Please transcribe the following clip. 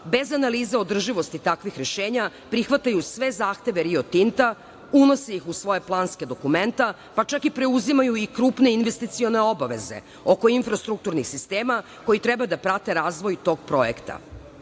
bez analize održivosti takvih rešenja prihvataju sve zahteve Rio Tinta, unose ih u svoja planska dokumenta, čak i preuzimaju krupne investicione obaveze oko infrastrukturnih sistema koji treba da prate razvoj tog projekta. Tako